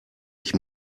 ich